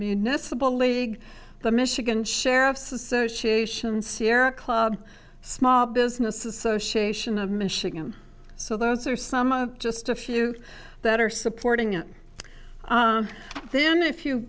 municipal league the michigan sheriffs association sierra club small business association of michigan so those are some of just a few that are supporting it then if you